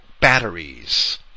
batteries